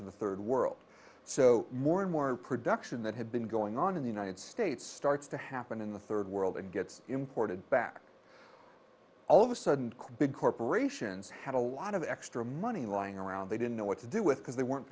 to the third world so more and more production that had been going on in the united states starts to happen in the third world and gets imported back all of a sudden big corporations had a lot of extra money lying around they didn't know what to do with because they weren't